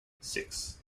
six